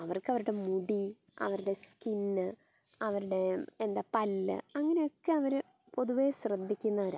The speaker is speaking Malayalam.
അവർക്ക് അവരുടെ മുടി അവരുടെ സ്കിന്ന് അവരുടെ എന്താ പല്ല് അങ്ങനെയൊക്കെ അവർ പൊതുവേ ശ്രദ്ധിക്കുന്നവരാ